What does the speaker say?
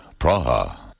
Praha